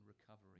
recovery